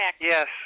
Yes